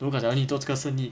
如果假如你做这个生意